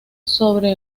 sobre